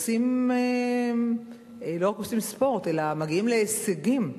שלא רק עושים ספורט אלא מגיעים להישגים,